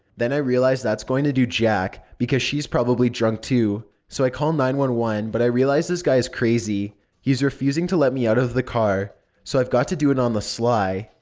then i realize that's going to do jack, because she's probably drunk too. so i call nine one one, but i realize this guy is crazy he's refusing to let me out of the car so i've got to do it on the sly.